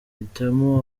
hitimana